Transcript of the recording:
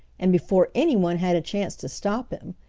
and before anyone had a chance to stop him,